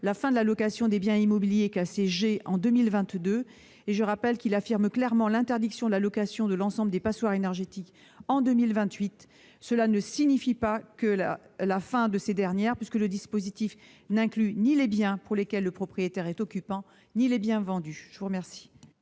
la fin de la location des biens immobiliers classés G en 2022. Nous affirmons clairement l'interdiction de la location de l'ensemble des passoires énergétiques en 2028. Cela ne signifie pas la fin de ces dernières, puisque le dispositif n'inclut ni les biens pour lesquels le propriétaire est occupant ni les biens vendus. La parole